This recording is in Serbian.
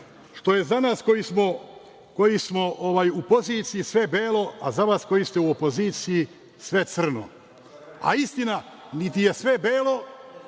Što je za nas koji smo u poziciji sve belo, a za vas koji ste u opoziciji sve crno, a istina – niti je sve belo,